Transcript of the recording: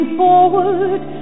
forward